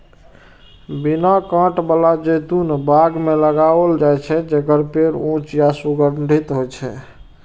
बिना कांट बला जैतून बाग मे लगाओल जाइ छै, जेकर पेड़ ऊंच आ सुगठित होइ छै